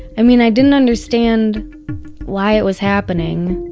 i mean, i didn't understand why it was happening